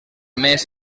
més